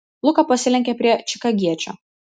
luka pasilenkė prie čikagiečio